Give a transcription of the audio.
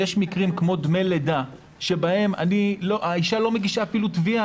יש מקרים כמו דמי לידה שבהם האישה אפילו לא מגישה תביעה.